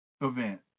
event